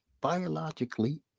biologically